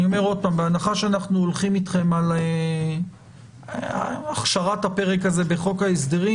בהנחה שאנחנו הולכים אתכם על הכשרת הפרק הזה בחוק ההסדרים,